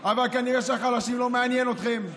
אבל, כנראה שהחלשים, זה לא מעניין אתכם,